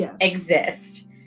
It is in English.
exist